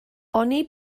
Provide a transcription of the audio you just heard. oni